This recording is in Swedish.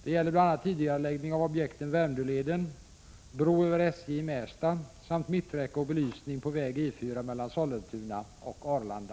Det gäller bl.a. tidigareläggning av objekten Värmdöleden, bro över SJ i Märsta samt mitträcke och belysning på väg E 4 mellan Sollentuna och Arlanda.